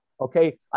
Okay